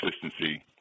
consistency